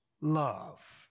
love